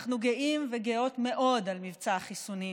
אנחנו גאים וגאות מאוד על מבצע החיסונים,